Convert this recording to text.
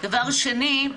דבר נוסף,